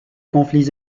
conflits